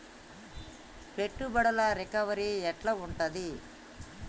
పెట్టుబడుల రికవరీ ఎట్ల ఉంటది?